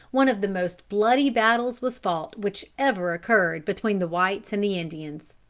one of the most bloody battles was fought, which ever occurred between the whites and the indians.